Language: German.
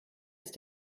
ist